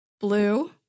blue